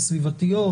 סביבתיות?